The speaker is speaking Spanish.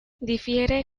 difiere